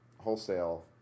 Wholesale